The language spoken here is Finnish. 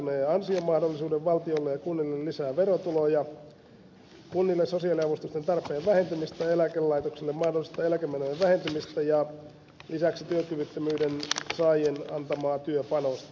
edunsaajille parantuneen ansiomahdollisuuden valtiolle ja kunnalle lisää verotuloja kunnille sosiaaliavustusten tarpeen vähentymistä eläkelaitoksille mahdollista eläkemenojen vähentymistä ja lisäisi työkyvyttömyysetuuden saajien antamaa työpanosta